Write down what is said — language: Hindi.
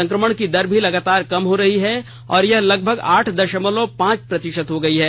संक्रमण की दर भी लगातार कम हो रही है और यह लगभग आठ दशमलव पांच प्रतिशत हो गई है